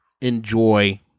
enjoy